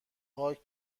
خاک